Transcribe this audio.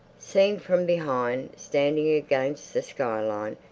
seen from behind, standing against the skyline,